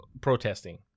protesting